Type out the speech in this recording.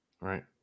right